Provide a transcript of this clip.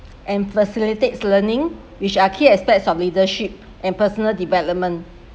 and facilitates learning which are key aspects of leadership and personal development